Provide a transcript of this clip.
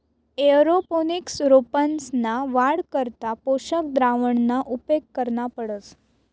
aeroponics रोपंसना वाढ करता पोषक द्रावणना उपेग करना पडस